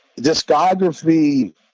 discography